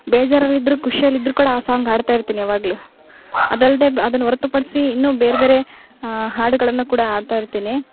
ಬೇಜಾರಲ್ಲಿದ್ರು ಖುಷಿಯಲ್ಲಿದ್ರು ಕೂಡ ಆ ಸಾಂಗ್ ಹಾಡ್ತಾ ಇರ್ತೀನಿ ಯಾವಾಗಲು ಅದು ಅಲ್ಲದೇ ಬ್ ಅದನ್ನು ಹೊರ್ತುಪಡ್ಸಿ ಇನ್ನು ಬೇರೆ ಬೇರೆ ಹಾಡುಗಳನ್ನು ಕೂಡ ಹಾಡ್ತಾ ಇರ್ತೀನಿ